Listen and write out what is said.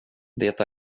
det